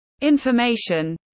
information